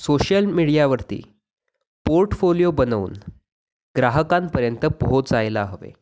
social मीडियावरती portfolio बनवून ग्राहकांपर्यंत पोहोचायला हवे